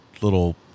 little